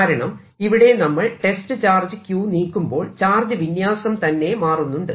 കാരണം ഇവിടെ നമ്മൾ ടെസ്റ്റ് ചാർജ് q നീക്കുമ്പോൾ ചാർജ് വിന്യാസം തന്നെ മാറുന്നുണ്ട്